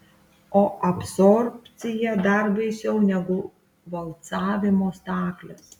o absorbcija dar baisiau negu valcavimo staklės